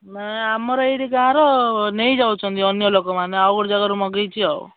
ନା ଆମର ଏଇଟି ଗାଁର ନେଇ ଯାଉଛନ୍ତି ଅନ୍ୟ ଲୋକମାନେ ଆଉ ଗୋଟେ ଜାଗାରୁ ମଗାଇଛି ଆଉ